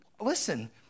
Listen